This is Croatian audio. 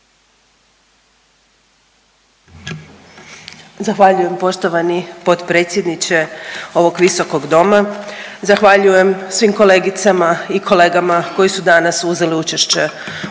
Zahvaljujem poštovani potpredsjedniče ovog visokog doma. Zahvaljujem svim kolegicama i kolegama koje su danas uzeli učešće u